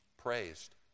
Praised